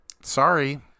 Sorry